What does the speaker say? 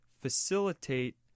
facilitate